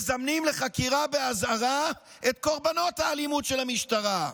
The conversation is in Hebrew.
מזמנים לחקירה באזהרה את קורבנות האלימות של המשטרה.